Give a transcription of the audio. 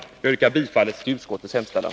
Jag yrkar bifall till utskottets hemställan.